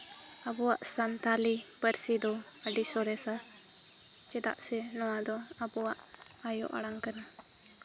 ᱟᱵᱚᱣᱟᱜ ᱥᱟᱱᱛᱟᱲᱤ ᱯᱟᱹᱨᱥᱤ ᱫᱚ ᱟᱹᱰᱤ ᱥᱚᱨᱮᱥᱟ ᱪᱮᱫᱟᱜ ᱥᱮ ᱱᱚᱣᱟ ᱫᱚ ᱟᱵᱚᱣᱟᱜ ᱟᱭᱳ ᱟᱲᱟᱝ ᱠᱟᱱᱟ